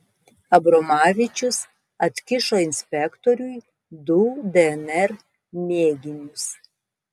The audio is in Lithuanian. abromavičius atkišo inspektoriui du dnr mėginius